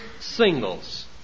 singles